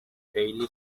daily